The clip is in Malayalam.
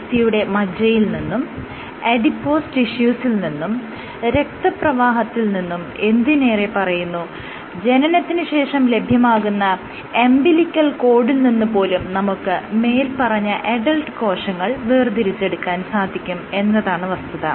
അസ്ഥിയുടെ മജ്ജയിൽ നിന്നും അഡിപോസ് ടിഷ്യൂസിൽ നിന്നും രക്തപ്രവാഹത്തിൽ നിന്നും എന്തിനേറെ പറയുന്നു ജനനത്തിന് ശേഷം ലഭ്യമാകുന്ന അമ്പിലിക്കൽ കോഡിൽ നിന്ന് പോലും നമുക്ക് മേല്പറഞ്ഞ അഡൽറ്റ് കോശങ്ങൾ വേർതിരിച്ചെടുക്കാൻ സാധിക്കും എന്നതാണ് വസ്തുത